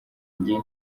njye